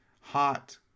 Hot